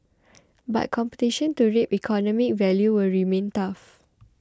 but competition to reap economic value will remain tough